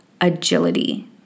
agility